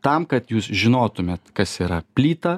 tam kad jūs žinotumėt kas yra plyta